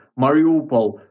Mariupol